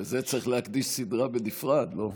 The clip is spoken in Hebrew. לזה צריך להקדיש סדרה בנפרד, לא?